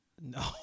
No